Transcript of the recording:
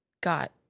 got